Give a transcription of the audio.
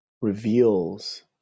reveals